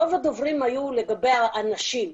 רוב הדברים היו לגבי הנשים.